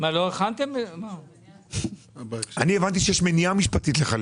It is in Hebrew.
הבנתי שיש מניעה משפטית לחלק.